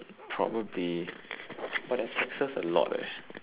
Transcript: probably but their taxes a lot eh